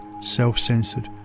self-censored